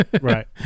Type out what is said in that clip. Right